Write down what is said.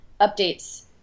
updates